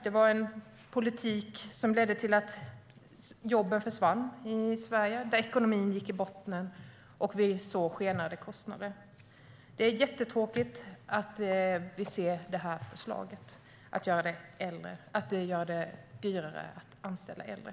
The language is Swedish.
Det var en politik som ledde till att jobben försvann i Sverige, att ekonomin gick i botten och att vi såg skenande kostnader. Det är jättetråkigt att vi ser det här förslaget att göra det dyrare att anställa äldre.